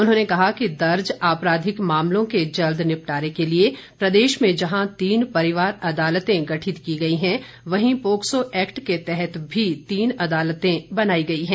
उन्होंने कहा कि दर्ज आपराधिक मामलों के जल्द निपटारे के लिए प्रदेश में जहां तीन परिवार अदालतें गठित की गई हैं वहीं पोक्सो एक्ट के तहत भी तीन अदालतें गठित की गई हैं